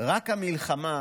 רק המלחמה